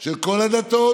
של כל הדתות,